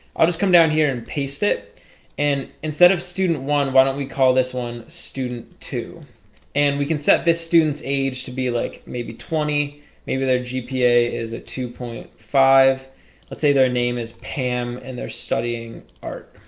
i'll just come down here and paste it and instead of student one why don't we call this one student two and we can set this student's age to be like maybe twenty maybe their gpa is a two point five let's say their name is pam and they're studying art